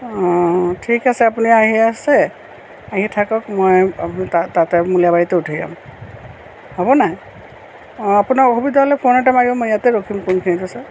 অঁ ঠিক আছে আপুনি আহি আছে আহি থাকক মই তাতে মূলীয়াবাৰীতে উঠি যাম হ'ব নাই অঁ আপোনাৰ অসুবিধা হ'লে ফোন এটা মাৰিব মই ইয়াতে ৰখিম কোনখিনিত আছে